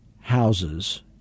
houses